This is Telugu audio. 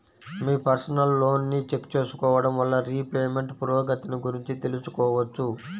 మీ పర్సనల్ లోన్ని చెక్ చేసుకోడం వల్ల రీపేమెంట్ పురోగతిని గురించి తెలుసుకోవచ్చు